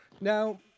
Now